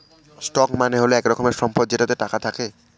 stock মানে হল এক রকমের সম্পদ যেটাতে টাকা থাকে